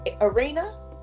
arena